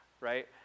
right